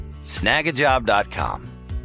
snagajob.com